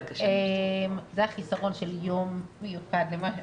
זה החיסרון של יום שמוקדש לנושא ספציפי.